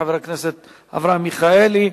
חבר הכנסת אברהם מיכאלי.